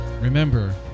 Remember